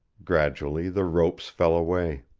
gradually the ropes fell away.